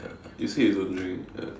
you said you don't drink ya